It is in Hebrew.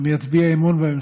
אני אצביע אמון בממשלה.